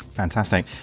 fantastic